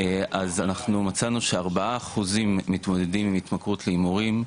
אז אנחנו מצאנו שארבעה אחוזים מתמודדים עם התמכרות להימורים,